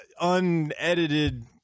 unedited